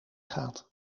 gaat